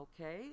okay